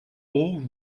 all